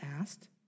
asked